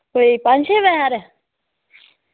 करोई पंज छे बजे हारे